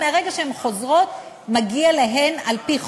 מהרגע שהן חוזרות, מגיע להן, על-פי חוק,